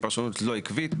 היא פרשנות לא עקבית.